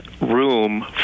room